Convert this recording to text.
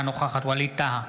אינה נוכחת ווליד טאהא,